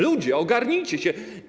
Ludzie, ogarnijcie się.